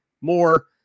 more